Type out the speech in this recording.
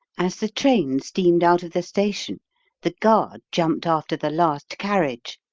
as the train steamed out of the station the guard jumped after the last carriage,